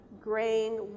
grain